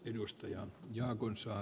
edustaja johan kun saa